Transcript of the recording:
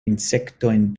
insektojn